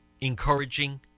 Encouraging